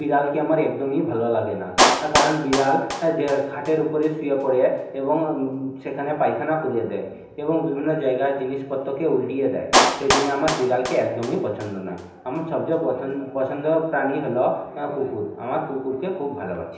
বিড়ালকে আমার একদমই ভালো লাগে না তার কারণ বিড়াল যে খাটের ওপরে শুয়ে পড়ে এবং সেখানে পায়খানা করে দেয় এবং বিভিন্ন জায়গার জিনিসপত্রকে উলটিয়ে দেয় সেই জন্য আমার বিড়ালকে একদমই পছন্দ নয় আমার সবচেয়ে পছন পছন্দর প্রাণী হলো কুকুর আমার কুকুরকে খুব ভালোবাসি